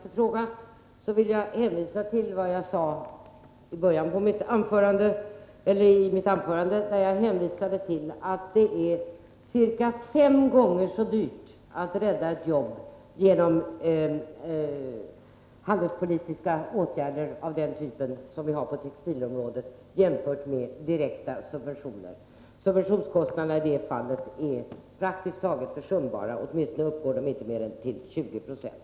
Herr talman! För att svara på Mats Hellströms senaste fråga vill jag hänvisa till vad jag sade i mitt anförande, nämligen att det är ca fem gånger så dyrt att rädda ett jobb genom handelspolitiska åtgärder av den typ som förekommer på textilområdet än att göra det genom direkta subventioner. Subventionskostnaderna är i det senare fallet praktiskt taget försumbara — åtminstone uppgår de inte till mer än 20 96.